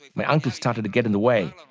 like my uncle started to get in the way.